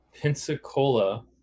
Pensacola